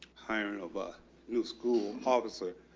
hiring of a new school officer.